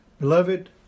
Beloved